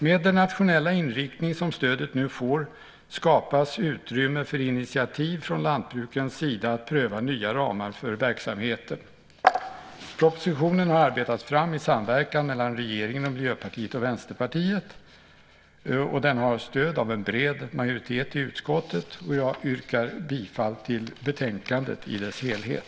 Med den nationella inriktning som stödet nu får skapas utrymme för initiativ från lantbrukens sida att pröva nya ramar för verksamheten. Propositionen har arbetats fram i samverkan mellan regeringen, Miljöpartiet och Vänsterpartiet. Den har stöd av en bred majoritet i utskottet, och jag yrkar bifall till förslaget i betänkandet i dess helhet.